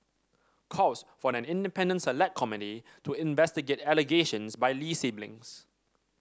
calls for an independent Select Committee to investigate allegations by Lee siblings